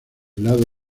lado